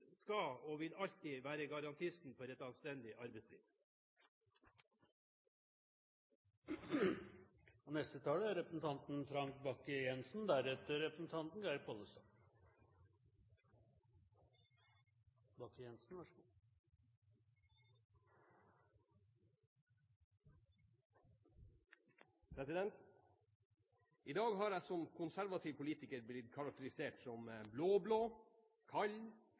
skal ha skikkelig lønn, kontrakter og arbeidsforhold. Arbeiderpartiet skal og vil alltid være garantisten for et anstendig arbeidsliv. I dag har jeg som konservativ politiker blitt karakterisert som blå-blå, kald,